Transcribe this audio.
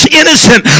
innocent